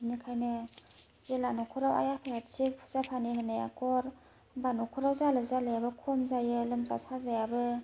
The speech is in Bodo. बेनिखायनो जेला न'खराव आइ आफाया थिक फुजा फानि होनाया खर होमबा न'खराव जालु जालायाबो खम जायो लोमजा साजायाबो